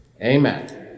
Amen